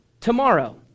tomorrow